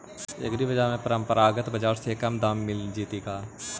एग्रीबाजार में परमप बाजार से कम दाम पर मिल जैतै का?